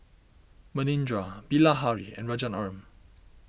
Manindra Bilahari and Rajaratnam